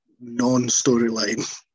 non-storyline